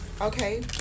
okay